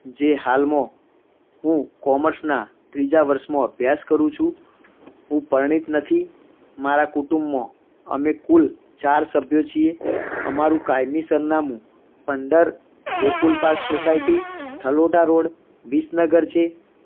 જે હાલમાં હું કોમેર્સના ત્રીજા વર્ષમાં અભ્યાસ કરું છું હું પરિણીત નથી મારા કુટુંબમાં અમે કુલ ચાર સભ્યો છીએ અમારું કાયમી સરનામું પંદર Gokul park society Thalota road Visnagar છે